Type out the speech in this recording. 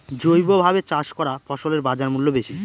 জৈবভাবে চাষ করা ফসলের বাজারমূল্য বেশি